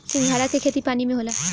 सिंघाड़ा के खेती पानी में होला